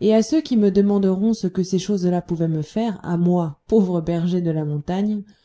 et à ceux qui me demanderont ce que ces choses-là pouvaient me faire à moi pauvre berger de la montagne